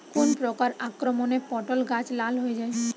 কোন প্রকার আক্রমণে পটল গাছ লাল হয়ে যায়?